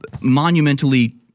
monumentally